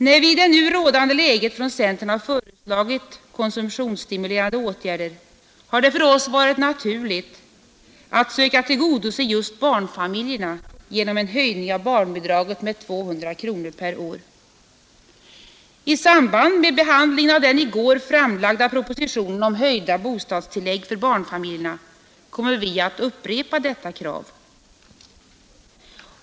När vi i det nu rådande läget från centern har föreslagit konsumtionsstimulerande åtgärder, har det för oss varit naturligt att söka tillgodose just barnfamiljerna genom en höjning av barnbidraget med 200 kronor per år. I samband med behandlingen av den i går framlagda propositionen om höjda bostadstillägg för barnfamiljerna kommer vi att upprepa detta krav.